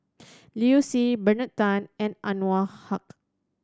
Liu Si Bernard Tan and Anwarul Haque